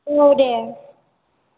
औ दे